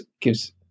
gives